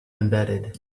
embedded